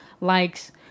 likes